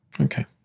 Okay